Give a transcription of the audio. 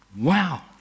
Wow